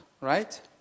right